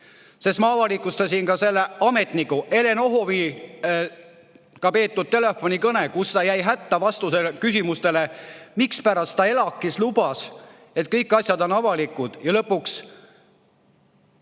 sest ma avalikustasin ametniku Elen Ohoviga peetud telefonikõne, kus ta jäi hätta vastamisega küsimusele, mispärast ta ELAK-is lubas, et kõik asjad on avalikud, ja lõpuks